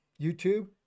YouTube